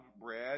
bread